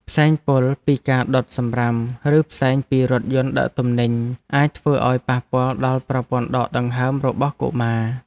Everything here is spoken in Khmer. ផ្សែងពុលពីការដុតសំរាមឬផ្សែងពីរថយន្តដឹកទំនិញអាចធ្វើឱ្យប៉ះពាល់ដល់ប្រព័ន្ធដកដង្ហើមរបស់កុមារ។